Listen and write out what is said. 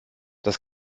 das